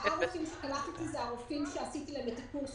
ארבעה רופאים שקלטתי הם רופאים שעשיתי להם את קורס